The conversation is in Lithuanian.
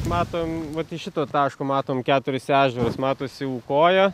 matom vat iš šito taško matom keturis ežerus matosi ukojo